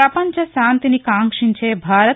ప్రపంచ శాంతిని కాంక్షించే భారత్